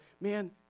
man